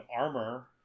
armor